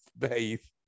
faith